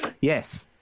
Yes